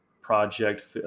project